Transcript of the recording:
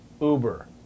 Uber